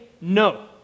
no